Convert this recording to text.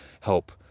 help